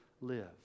live